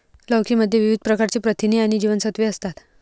लौकी मध्ये विविध प्रकारची प्रथिने आणि जीवनसत्त्वे असतात